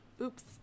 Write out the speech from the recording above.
Oops